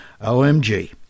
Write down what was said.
OMG